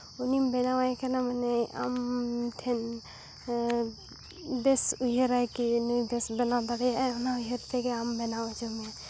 ᱩᱱᱤᱢ ᱵᱮᱱᱟᱣᱮ ᱠᱟᱱᱟ ᱢᱟᱱᱮ ᱟᱢ ᱴᱷᱮᱱ ᱵᱮᱹᱥ ᱩᱭᱦᱟᱹᱨᱟᱭ ᱠᱤ ᱱᱩᱭ ᱫᱚ ᱵᱮᱱᱟᱣ ᱫᱟᱲᱮᱭᱟᱜ ᱟᱭ ᱚᱱᱟ ᱩᱭᱦᱟᱹᱨ ᱛᱮᱜᱮ ᱟᱢ ᱵᱮᱱᱟᱣ ᱦᱚᱪᱚ ᱢᱮᱭᱟᱭ